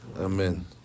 Amen